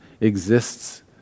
exists